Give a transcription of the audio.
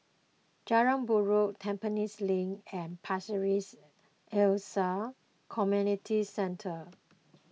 Jalan Buroh Tampines Link and Pasir Ris Elias Community Center